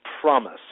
promise